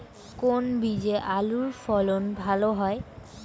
কোন বীজে আলুর ফলন ভালো হয়?